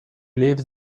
lives